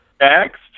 Next